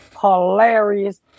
hilarious